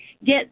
get